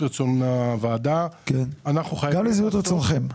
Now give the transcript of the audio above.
רצון הוועדה --- גם לשביעות רצונכם.